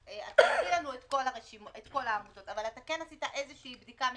מביא לנו את כל העמותות אבל כן עשית בדיקה מקדמית,